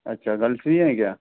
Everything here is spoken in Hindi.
अच्छा गर्ल्स भी हैं क्या